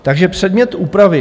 Takže předmět úpravy.